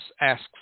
asks